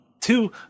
two